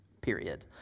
period